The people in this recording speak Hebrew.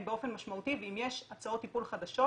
באופן משמעותי ואם יש הצעות טיפול חדשות,